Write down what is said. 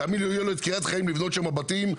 הוא יוכל לבנות בתים בקריית חיים.